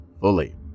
fully